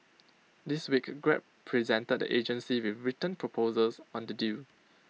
this week grab presented the agency with written proposals on the deal